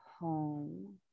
home